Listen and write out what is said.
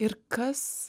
ir kas